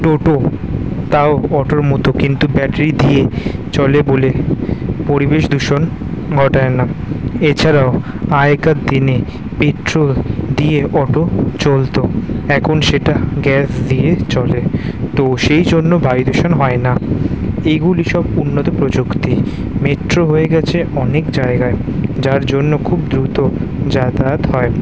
টোটো তাও অটোর মত কিন্তু ব্যাটারি দিয়ে চলে বলে পরিবেশ দূষণ ঘটায় না এছাড়াও আগেকার দিনে পেট্রল দিয়ে অটো চলতো এখন সেটা গ্যাস দিয়ে চলে তো সেই জন্য বায়ুদূষণ হয় না এগুলি সব উন্নত প্রযুক্তি মেট্রো হয়ে গেছে অনেক জায়গায় যার জন্য খুব দ্রুত যাতায়াত হয়